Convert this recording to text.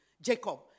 Jacob